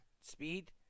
speed